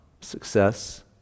success